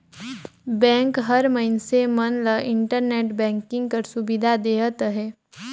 bank हर मइनसे मन ल इंटरनेट बैंकिंग कर सुबिधा देहत अहे